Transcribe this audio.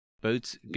Boats